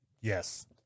Yes